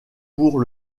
pour